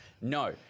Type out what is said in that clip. No